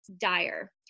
dire